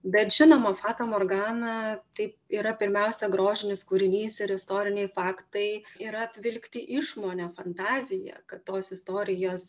bet žinoma fata morgana tai yra pirmiausia grožinis kūrinys ir istoriniai faktai yra apvilkti išmone fantazija kad tos istorijos